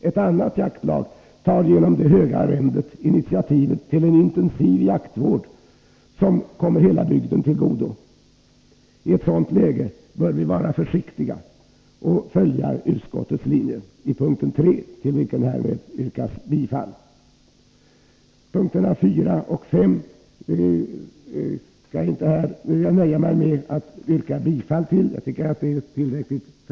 Ett annat jaktlag tar genom det höga arrendet initiativet till en intensiv jaktvård, som kommer hela bygden till godo. I ett sådant läge bör vi vara försiktiga och följa utskottets linje i p. 3, till vilken härmed yrkas bifall. I punkterna 4 och 5 nöjer jag mig med att yrka bifall till utskottets hemställan.